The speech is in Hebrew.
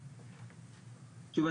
שוב,